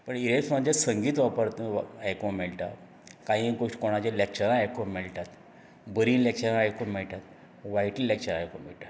इयरफोनाचेर संगीत वापरूक वा आयकूंक मेळटा काही कोणाचीं लॅक्चरां आयकूंक मेळटात बरींय लॅक्चरां आयकूंक मेळटा वायटूय लॅक्चरां आयकूंक मेळटात